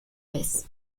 vez